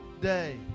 day